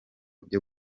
byo